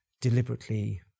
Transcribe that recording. deliberately